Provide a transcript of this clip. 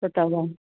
ततः वा